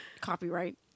copyright